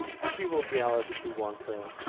she will be ours if we want her.